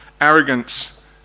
arrogance